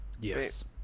Yes